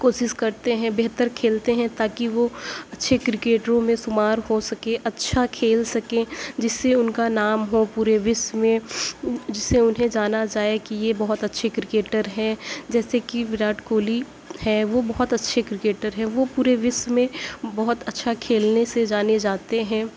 کوشش کرتے ہیں بہتر کھیلتے ہیں تاکہ وہ اچھے کرکٹروں میں شمار ہو سکے اچھا کھیل سکیں جس سے ان کا نام ہو پورے وشو میں جس سے انہیں جانا جائے کہ یہ بہت اچھے کرکٹر ہیں جیسے کہ وراٹ کوہلی ہے وہ بہت اچھے کرکٹر ہیں وہ پورے وشو میں بہت اچھا کھیلنے سے جانے جاتے ہیں